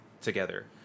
together